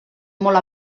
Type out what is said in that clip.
molt